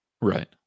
Right